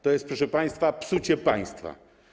To jest, proszę państwa, psucie państwa.